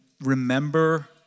remember